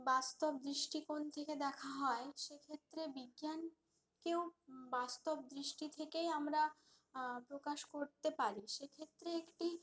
বাস্তব দৃষ্টিকোণ থেকে দেখা হয় সে ক্ষেত্রে বিজ্ঞানকেও বাস্তব দৃষ্টি থেকেই আমরা প্রকাশ করতে পারি সে ক্ষেত্রে একটি